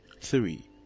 three